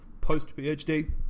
post-PhD